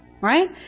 Right